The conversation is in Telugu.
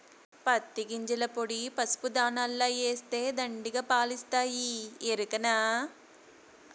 పత్తి గింజల పొడి పసుపు దాణాల ఏస్తే దండిగా పాలిస్తాయి ఎరికనా